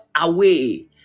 away